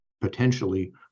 potentially